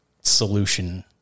solution